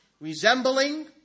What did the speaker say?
resembling